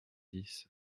dix